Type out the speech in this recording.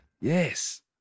yes